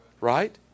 Right